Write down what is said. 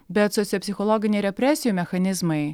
bet sociopsichologiniai represijų mechanizmai